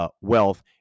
Wealth